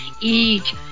Eat